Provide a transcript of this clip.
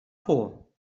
por